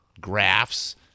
graphs